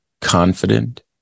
confident